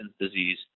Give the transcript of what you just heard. disease